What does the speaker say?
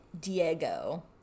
Diego